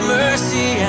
mercy